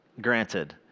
granted